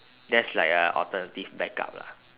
that's like a alternative backup lah